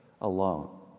alone